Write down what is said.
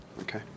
Okay